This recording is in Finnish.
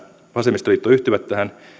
vasemmistoliitto yhtyvät tähän